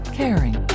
caring